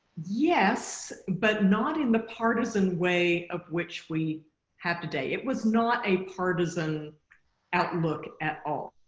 yes but not in the partisan way of which we have today. it was not a partisan outlook at all.